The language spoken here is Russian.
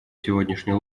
сегодняшней